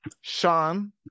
Sean